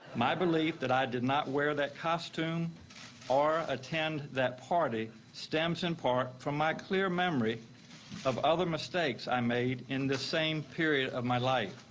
my belief that i did not wear that costume or attend that party stems in part from my clear memory of other mistakes i made in this same period of my life.